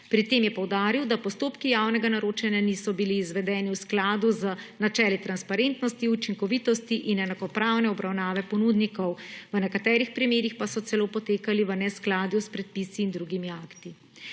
Pri tem je poudaril, da postopki javnega naročanja niso bili izvedeni v skladu z načeli transparentnosti, učinkovitosti in enakopravne obravnave ponudnikov, v nekaterih primerih pa so celo potekali v neskladju s predpisi in drugimi akti.